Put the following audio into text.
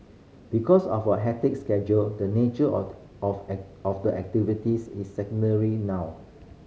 because of our hectic schedule the nature of of the activity is secondary now